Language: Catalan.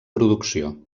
producció